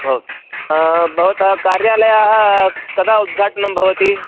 भव भवतः कार्यालयस्य कदा उद्घाटनं भवति